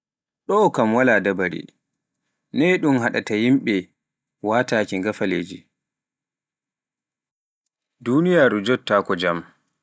Ɗoo kam waal dabaare, noy un hattaa yimɓe wataaki ngafaleeje. duniyaaru njottaako njamm.